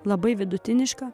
labai vidutiniška